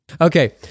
Okay